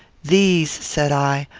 these, said i,